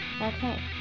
Okay